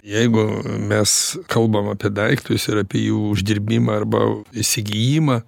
jeigu mes kalbam apie daiktus ir apie jų uždirbimą arba įsigijimą